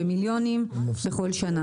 במיליונים בכל שנה.